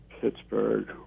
Pittsburgh